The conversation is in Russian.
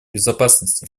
безопасности